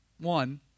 one